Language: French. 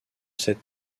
cet